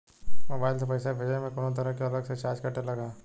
Mobile से पैसा भेजे मे कौनों तरह के अलग से चार्ज कटेला का?